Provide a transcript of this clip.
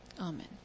Amen